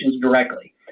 directly